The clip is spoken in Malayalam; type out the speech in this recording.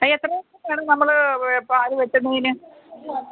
ആ എത്ര ദിവസം കഴിഞ്ഞാണ് നമ്മള് പാല് വെട്ടുന്നത്